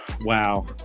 Wow